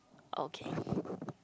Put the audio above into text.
okay